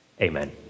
Amen